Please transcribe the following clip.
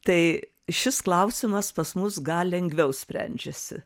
tai šis klausimas pas mus gal lengviau sprendžiasi